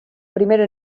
primera